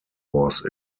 was